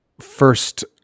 first